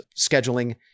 scheduling